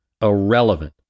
irrelevant